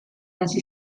hasi